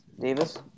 Davis